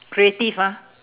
creative ah